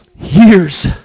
years